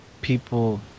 people